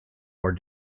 more